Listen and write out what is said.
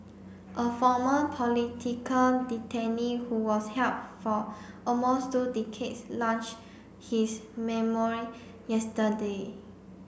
a former political detainee who was held for almost two decades launched his memoir yesterday